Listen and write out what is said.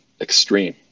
extreme